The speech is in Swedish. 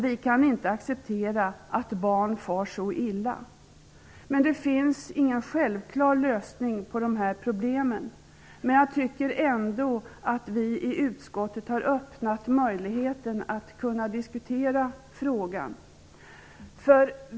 Vi kan inte acceptera att barn far så illa. Det finns ingen självklar lösning på de här problemen. Jag tycker ändå att vi i utskottet har öppnat för möjligheter att diskutera frågan.